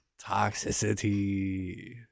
Toxicity